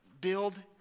build